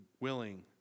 willing